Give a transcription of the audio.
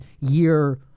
year